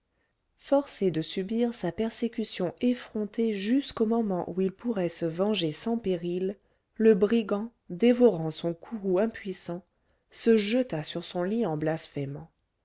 forcé de subir sa persécution effrontée jusqu'au moment où il pourrait se venger sans péril le brigand dévorant son courroux impuissant se jeta sur son lit en blasphémant